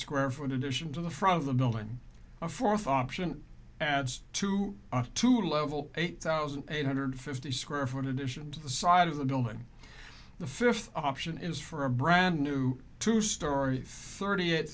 square foot addition to the front of the building a fourth option adds two to level eight thousand eight hundred fifty square foot addition to the side of the building the fifth option is for a brand new two story thirty eight